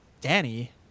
Danny